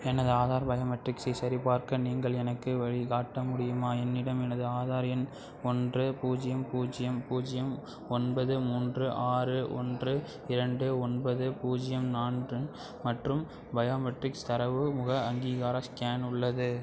எனது ஆதார் பயோமெட்ரிக்ஸை சரிபார்க்க நீங்கள் எனக்கு வழி காட்ட முடியுமா என்னிடம் எனது ஆதார் எண் ஒன்று பூஜ்ஜியம் பூஜ்ஜியம் பூஜ்ஜியம் ஒன்பது மூன்று ஆறு ஒன்று இரண்டு ஒன்பது பூஜ்ஜியம் நான்கு மற்றும் பயோமெட்ரிக்ஸ் தரவு முக அங்கீகார ஸ்கேன் உள்ளது